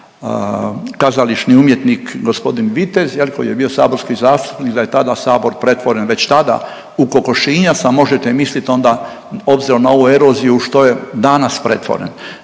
koji je bio saborski zastupnik da je tada sabor pretvoren, već tada u kokošinjac, a možete mislit onda obzirom na ovu eroziju u što je danas pretvoren.